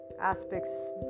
aspects